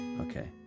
Okay